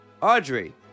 Audrey